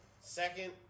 Second